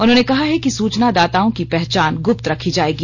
उन्होंने कहा है कि सुचनादाताओं की पहचान गुप्त रखी जाएगी